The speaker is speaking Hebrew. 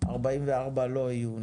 44 מיליון לא יהיו,